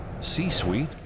C-suite